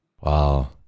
wow